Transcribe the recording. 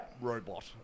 robot